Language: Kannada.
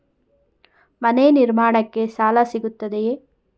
ಮನೆ ನಿರ್ಮಾಣಕ್ಕೆ ಸಾಲ ಸಿಗುತ್ತದೆಯೇ?